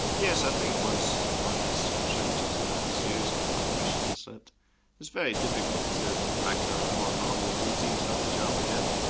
yes, i think once one has contributed to a series of apollo missions that it's very difficult to get back to a more routine sort of job again.